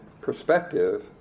Perspective